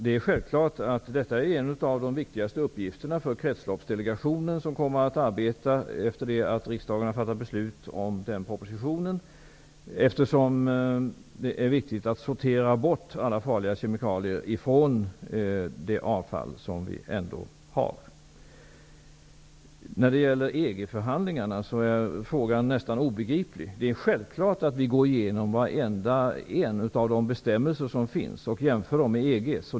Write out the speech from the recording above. Det är självklart att detta är en av de viktigaste uppgifterna för Kretsloppsdelegationen som kommer att arbeta efter det att riksdagen har fattat beslut om den propositionen, eftersom det är viktigt att sortera bort alla farliga kemikalier ifrån det avfall som vi ändå har. När det gäller EG-förhandlingarna är frågan nästan obegriplig. Självfallet går vi igenom varenda en av de bestämmelser som finns och jämför dessa med EG:s.